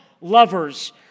lovers